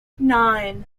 nine